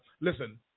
listen